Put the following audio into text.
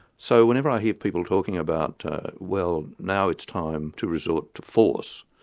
so whenever i hear people talking about well, now it's time to resort to force',